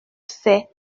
sait